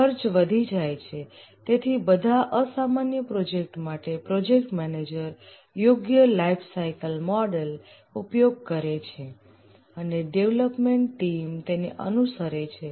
ખર્ચ વધી જાય છે તેથી બધા અસામાન્ય પ્રોજેક્ટ માટે પ્રોજેક્ટ મેનેજર યોગ્ય લાઈફસાઈકલ મોડલ ઉપયોગ કરે છે અને ડેવલપમેન્ટ ટીમ તેને અનુસરે છે